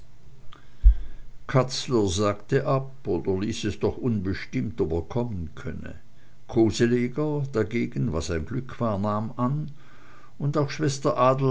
katzler sagte ab oder ließ es doch unbestimmt ob er kommen könne koseleger dagegen was ein glück war nahm an und auch schwester